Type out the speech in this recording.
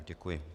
Děkuji.